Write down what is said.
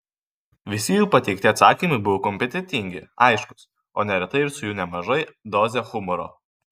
visi jų pateikti atsakymai buvo kompetentingi aiškūs o neretai ir su nemaža doze humoro